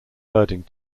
herding